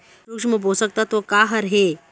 सूक्ष्म पोषक तत्व का हर हे?